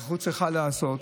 וההיערכות צריכה להיעשות,